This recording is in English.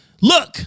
Look